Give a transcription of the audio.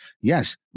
Yes